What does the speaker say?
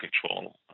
control